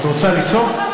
את רוצה לצעוק?